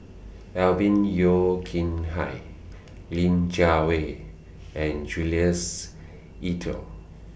Alvin Yeo Khirn Hai Lin Jiawei and Jules Itier